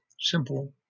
simple